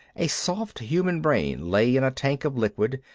a soft human brain lay in a tank of liquid,